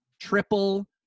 triple